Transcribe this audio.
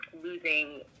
losing